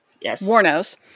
Yes